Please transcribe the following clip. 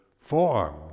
form